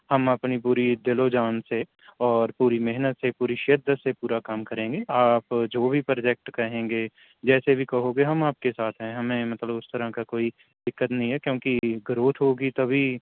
ہم اپنی پوری دل و جان سے اور پوری محنت سے پوری شدت سے پورا کام کریں گے آپ جو بھی پروجیکٹ کہیں گے جیسے بھی کہو گے ہم آپ کے ساتھ ہیں ہمیں مطلب اس طرح کا کوئی دقت نہیں ہے کیونکہ گروتھ ہوگی تبھی